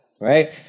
right